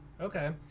Okay